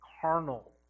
Carnal